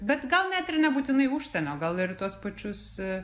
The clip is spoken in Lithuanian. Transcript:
bet gal net ir nebūtinai užsienio gal ir tuos pačius